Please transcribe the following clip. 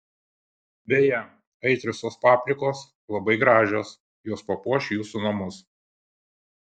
beje aitriosios paprikos labai gražios jos papuoš jūsų namus